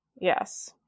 yes